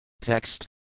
Text